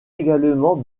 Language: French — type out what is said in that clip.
également